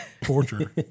torture